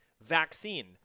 vaccine